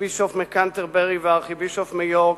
הארכיבישוף מקנטרברי והארכיבישוף מיורק,